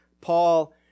Paul